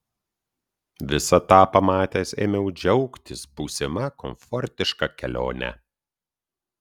visą tą pamatęs ėmiau džiaugtis būsima komfortiška kelione